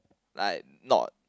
like not